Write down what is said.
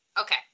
Okay